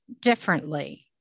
differently